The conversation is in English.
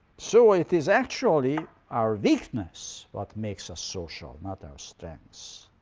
so it is actually our weakness what makes us social, not our strengths.